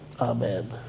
amen